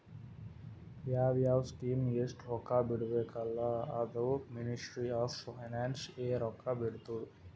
ಯಾವ್ ಯಾವ್ ಸ್ಕೀಮ್ಗ ಎಸ್ಟ್ ರೊಕ್ಕಾ ಬಿಡ್ಬೇಕ ಅಲ್ಲಾ ಅದೂ ಮಿನಿಸ್ಟ್ರಿ ಆಫ್ ಫೈನಾನ್ಸ್ ಎ ರೊಕ್ಕಾ ಬಿಡ್ತುದ್